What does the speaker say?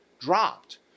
dropped